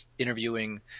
interviewing